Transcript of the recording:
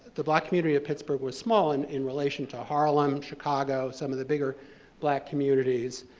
the black community of pittsburgh was small in in relation to harlem, chicago, some of the bigger black communities,